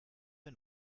wir